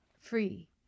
free